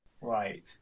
Right